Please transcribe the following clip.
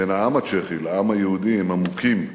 בין העם הצ'כי לעם היהודי, הם עמוקים.